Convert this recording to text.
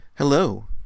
Hello